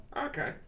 Okay